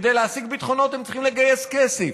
כדי להשיג ביטחונות, הם צריכים לגייס כסף.